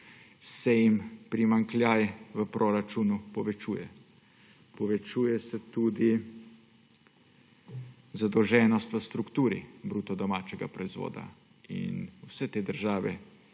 se jim primanjkljaj v proračunu povečuje. Povečuje se tudi zadolženost v strukturi bruto domačega proizvoda. Vse države